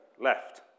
Left